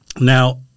Now